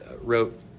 wrote